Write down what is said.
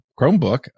Chromebook